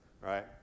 right